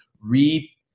re